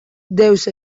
deus